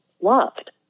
loved